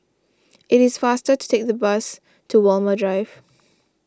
it is faster to take the bus to Walmer Drive